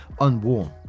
unworn